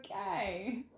Okay